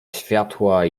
światła